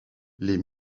les